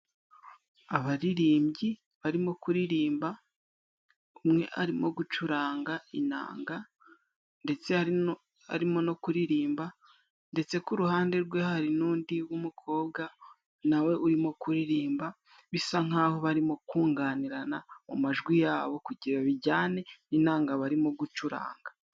Abaririmbyi barimo kuririmba. Umwe arimo gucuranga inanga, ndetse harimo no kuririmba ndetse ku ruhande rwe hari n'undi w'umukobwa nawe urimo kuririmba bisa nk'aho barimo kunganirana mu majwi yabo kugira ngo bijyane n'inanga barimo gucuranga.